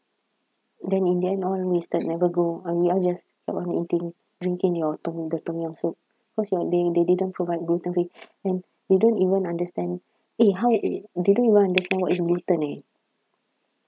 then in the end all wasted never go and we all just kept on eating drinking your tom~ the tom yum soup because you because your they they didn't provide gluten free and they don't even understand eh how eh they don't even understand what is gluten eh